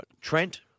Trent